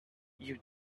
you